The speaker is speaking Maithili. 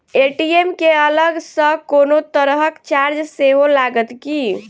ए.टी.एम केँ अलग सँ कोनो तरहक चार्ज सेहो लागत की?